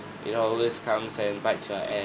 it always comes and bites your ass